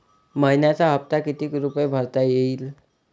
मइन्याचा हप्ता कितीक रुपये भरता येईल?